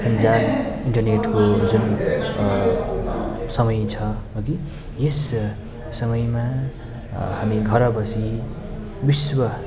सञ्जाल इन्टरनेटको जुन समय छ हगि यस समयमा हामी घर बसी विश्व